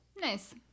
nice